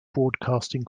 broadcasting